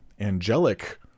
angelic